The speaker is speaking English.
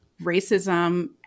racism